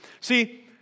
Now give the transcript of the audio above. See